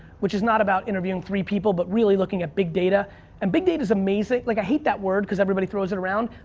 which is not about interviewing three people but really looking at big data and big data's amazing. like i hate that word cuz everybody throws it around,